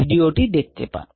ভিডিওটি দেখতে পারো